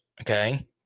okay